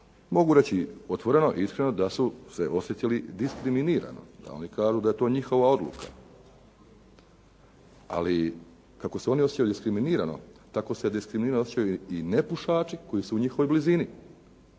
mogu reći otvoreno i iskreno da su se osjećali diskriminirano, oni kažu da je to njihova odluka. Ali kako se oni osjećaju diskriminirano, tako se diskriminirano osjećaju i nepušači koji su u njihovoj blizini.